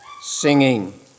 singing